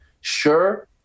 sure